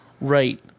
Right